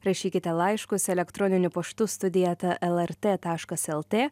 rašykite laiškus elektroniniu paštu studija eta lrt taškas lt